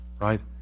Right